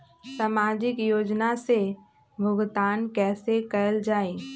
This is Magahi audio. सामाजिक योजना से भुगतान कैसे कयल जाई?